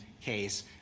case